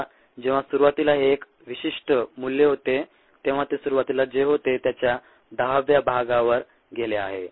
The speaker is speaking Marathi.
आता जेव्हा सुरुवातीला हे एक विशिष्ट मूल्य होते तेव्हा ते सुरुवातीला जे होते त्याच्या दहाव्या भागावर गेले आहे